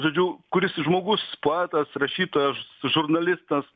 žodžiu kuris žmogus poetas rašytojas žurnalistas